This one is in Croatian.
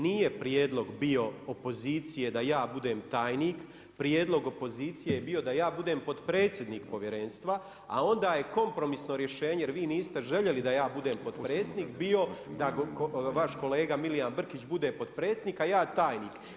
Nije prijedlog bio opozicije da ja budem tajnik, prijedlog opozicije je bio da ja budem potpredsjednik povjerenstva, a onda je kompromisno rješenje, jer vi niste željeli da ja budem potpredsjednik bio da vaš kolega Milijan Brkić bude potpredsjednik a ja tajnik.